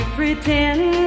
pretend